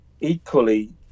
equally